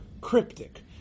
cryptic